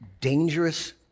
dangerous